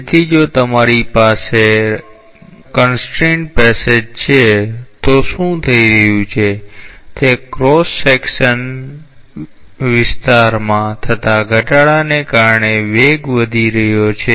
તેથી જો તમારી પાસે અવરોધ માર્ગ છે તો શું થઈ રહ્યું છે કે ક્રોસ સેક્શન વિસ્તારમાં થતાં ઘટાડાને કારણે વેગ વધી રહ્યો છે